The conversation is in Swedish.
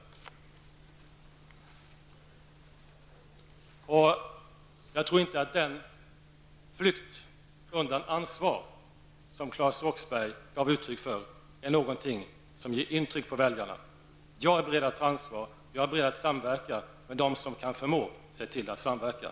Jag tror inte att den flykt undan ansvar som Claes Roxbergh gav uttryck för är någonting som gör intryck på väljarna. Jag är beredd att ta ansvar, jag är beredd att samverka med dem som förmår att samverka.